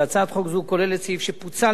חברי הכנסת,